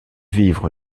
vivre